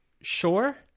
sure